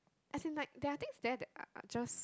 as in like there are things that are are just